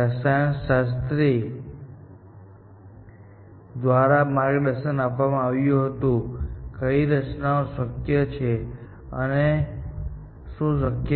રસાયણશાસ્ત્રી પાસેથી જ્ઞાન દ્વારા માર્ગદર્શન આપવામાં આવ્યું હતું કે કઈ રચનાઓ શક્ય છે અને શું શક્ય નથી